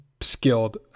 skilled